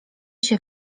się